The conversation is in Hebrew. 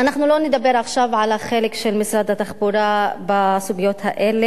אנחנו לא נדבר עכשיו על החלק של משרד התחבורה בסוגיות האלה,